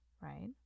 right